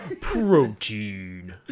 Protein